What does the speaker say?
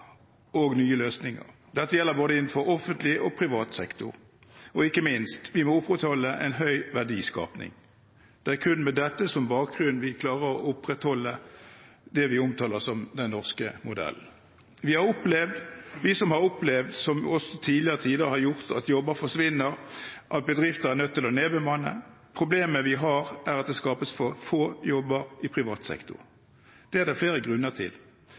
finne nye løsninger. Dette gjelder innenfor både offentlig og privat sektor. Og ikke minst: Vi må opprettholde en høy verdiskaping. Det er kun med dette som bakgrunn vi klarer å opprettholde det vi omtaler som den norske modellen. Vi har opplevd også i tidligere tider at jobber forsvinner, og at bedrifter er nødt til å nedbemanne. Problemet vi har, er at det skapes for få jobber i privat sektor. Det er det flere grunner til,